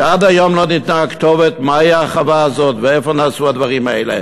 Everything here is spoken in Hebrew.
ועד היום לא ניתנה הכתובת מהי החווה הזאת ואיפה נעשו הדברים האלה.